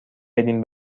بدین